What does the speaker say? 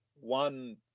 one